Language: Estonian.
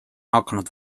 hakanud